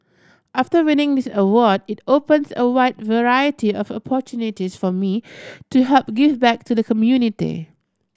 after winning this award it opens a wide variety of opportunities for me to help give back to the community